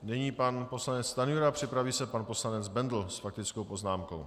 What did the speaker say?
Nyní pan poslanec Stanjura, připraví se pan poslanec Bendl s faktickou poznámkou.